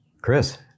Chris